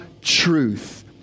truth